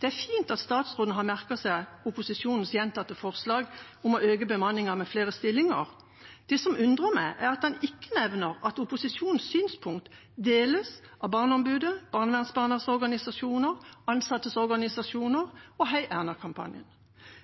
Det er fint at statsråden har merket seg opposisjonens gjentatte forslag om å øke bemanningen med flere stillinger. Det som undrer meg, er at han ikke nevner at opposisjonens synspunkt deles av Barneombudet, barnevernsbarnas organisasjoner, ansattes organisasjoner og heierna-kampanjen.